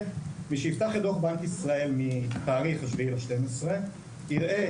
מי שיפתח את דוח בנק ישראל מה-7 בדצמבר יראה